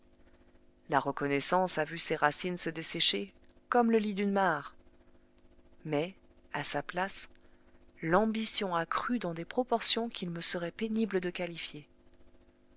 la reconnaissance a vu ses racines se dessécher comme le lit d'une mare mais à sa place l'ambition a crû dans des proportions qu'il me serait pénible de qualifier